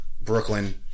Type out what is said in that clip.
Brooklyn